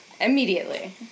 Immediately